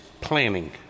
planning